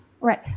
Right